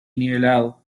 nivelado